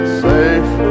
safe